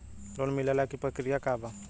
Loan मिलेला के प्रक्रिया का बा?